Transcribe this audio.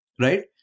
right